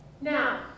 Now